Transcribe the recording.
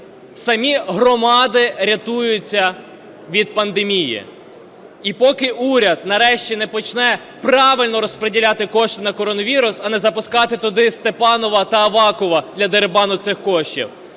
самі громади рятуються від пандемії. І поки уряд нарешті не почне правильно розподіляти кошти на коронавірус, а не запускати туди Степанова та Авакова для дерибану цих коштів,